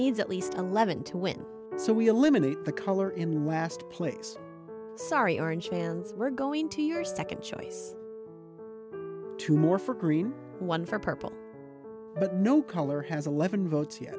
needs at least eleven to win so we eliminate the color in the last place sorry orange fans we're going to your nd choice two more for green one for purple but no color has eleven votes